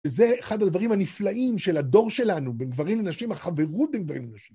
וזה אחד הדברים הנפלאים של הדור שלנו, בין גברים לנשים, החברות בין גברים לנשים.